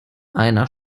einer